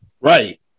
right